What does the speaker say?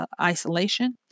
isolation